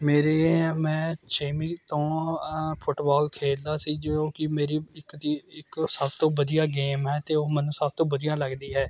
ਮੇਰੇ ਮੈਂ ਛੇਵੀਂ ਤੋਂ ਫੁੱਟਬੋਲ ਖੇਡਦਾ ਸੀ ਜੋ ਕਿ ਮੇਰੀ ਇੱਕ ਚੀ ਇੱਕ ਸਭ ਤੋਂ ਵਧੀਆ ਗੇਮ ਹੈ ਅਤੇ ਉਹ ਮੈਨੂੰ ਸਭ ਤੋਂ ਵਧੀਆ ਲੱਗਦੀ ਹੈ